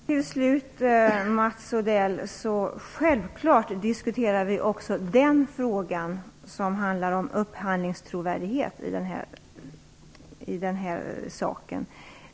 Herr talman! Slutligen, Mats Odell, är det självklart att vi diskuterar också frågan om upphandlingstrovärdighet i detta sammanhang.